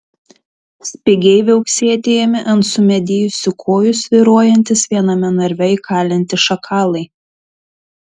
spigiai viauksėti ėmė ant sumedėjusių kojų svyruojantys viename narve įkalinti šakalai